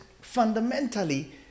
fundamentally